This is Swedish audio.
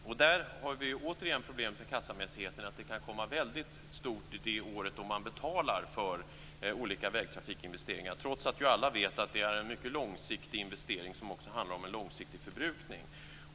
Och där har vi återigen problemet med kassamässigheten. Det kan komma väldigt mycket det år man betalar för olika vägtrafikinvesteringar, trots att ju alla vet att det är en mycket långsiktig investering som också handlar om en långsiktig förbrukning.